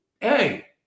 hey